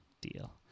deal